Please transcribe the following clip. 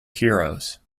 heroes